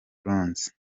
bronze